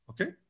Okay